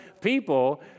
people